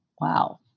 Wow